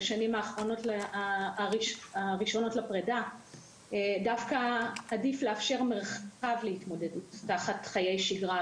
בשנים הראשונות לפרידה דווקא עדיף לאפשר מרחב להתמודדות תחת חיי שיגרה,